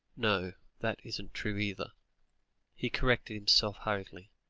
no, that isn't true either he corrected himself hurriedly.